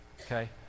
okay